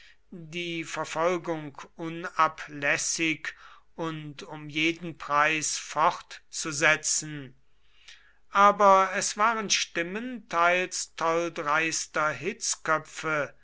die verfolgung unablässig und um jeden preis fortzusetzen aber es waren stimmen teils tolldreister hitzköpfe